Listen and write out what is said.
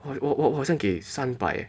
我我我好像给三百 eh